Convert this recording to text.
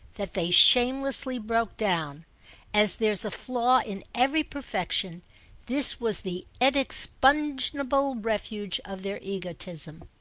that they shamelessly broke down as there's a flaw in every perfection this was the inexpugnable refuge of their egotism.